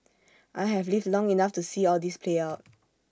I have lived long enough to see all this play out